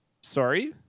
sorry